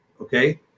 okay